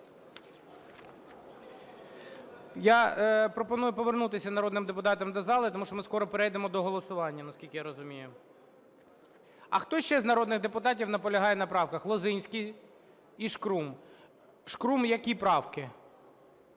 Я пропоную повернутись народним депутатам до зали, тому що ми скоро перейдемо до голосування, наскільки я розумію. А хто ще з народних депутатів наполягає на правках? Лозинський і Шкрум. Шкрум, які правки?